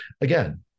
Again